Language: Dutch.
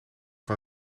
van